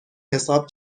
حساب